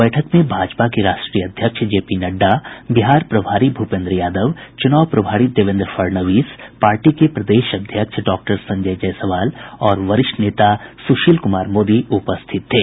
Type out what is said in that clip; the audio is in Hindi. बैठक में भाजपा के राष्ट्रीय अध्यक्ष जे पी नड्डा बिहार प्रभारी भूपेन्द्र यादव चुनाव प्रभारी देवेन्द्र फड़णवीस पार्टी के प्रदेश अध्यक्ष डॉक्टर संजय जायसवाल और वरिष्ठ नेता सुशील कुमार मोदी उपस्थित थे